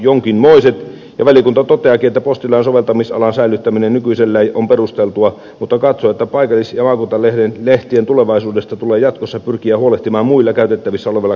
valiokunta toteaakin että postilain soveltamisalan säilyttäminen nykyisellään on perusteltua mutta katsoo että paikallis ja maakuntalehtien tulevaisuudesta tulee jatkossa pyrkiä huolehtimaan muilla käytettävissä olevilla keinoilla